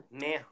man